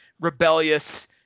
rebellious